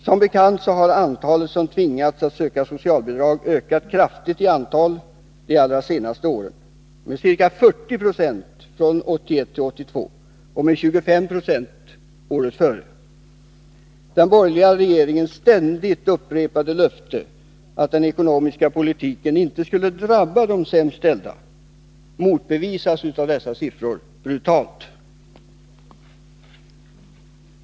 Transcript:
Som bekant har de som tvingats söka socialbidrag ökat kraftigt i antal under de allra senaste åren — med ca 40 9o från 1981 till 1982 och med 25 Z året dessförinnan. Den borgerliga regeringens ständigt upprepade löfte om att den ekonomiska politiken inte skulle drabba de sämst ställda motbevisas brutalt av dessa fakta.